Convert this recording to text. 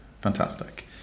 fantastic